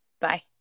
Bye